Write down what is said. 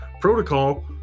protocol